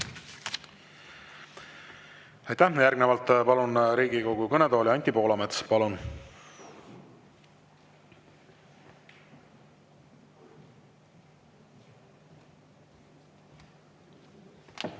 Aitäh! Järgnevalt palun Riigikogu kõnetooli Anti Poolametsa. Palun!